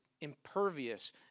impervious